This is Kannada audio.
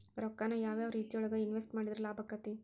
ರೊಕ್ಕಾನ ಯಾವ ಯಾವ ರೇತಿಯೊಳಗ ಇನ್ವೆಸ್ಟ್ ಮಾಡಿದ್ರ ಲಾಭಾಕ್ಕೆತಿ?